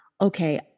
okay